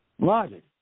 Logic